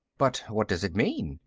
but what does it mean?